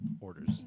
orders